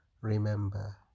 remember